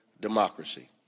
democracy